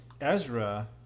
Ezra